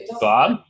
Bob